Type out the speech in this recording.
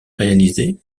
réalisée